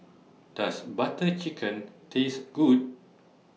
Does Butter Chicken Taste Good